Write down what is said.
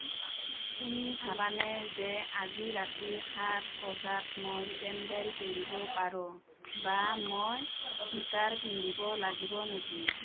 তুমি ভাবানে যে আজি ৰাতি সাত বজাত মই চেণ্ডেল পিন্ধিব পাৰোঁ বা মই স্নিকাৰ পিন্ধিব লাগিব নেকি